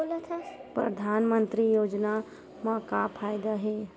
परधानमंतरी योजना म का फायदा?